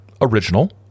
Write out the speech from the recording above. original